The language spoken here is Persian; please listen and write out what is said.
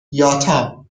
یاتا